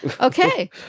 Okay